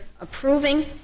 approving